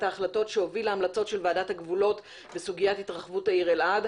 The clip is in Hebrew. ההחלטות שהוביל להמלצות של ועדת הגבולות בסוגיית התרחבות העיר אלעד.